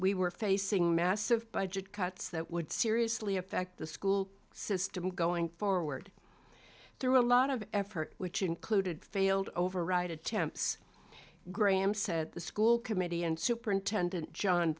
we were facing massive budget cuts that would seriously affect the school system going forward word threw a lot of effort which included failed override attempts graham said the school committee and superintendent john